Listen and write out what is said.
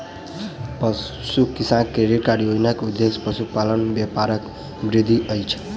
पशु किसान credit card योजना के उद्देश्य पशुपालन व्यापारक वृद्धि अछि